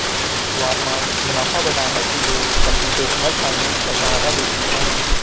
Walmart मुनाफा बढ़ाने के लिए कंप्यूटेशनल फाइनेंस का सहारा लेती है